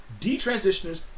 detransitioners